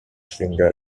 finger